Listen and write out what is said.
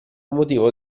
motivo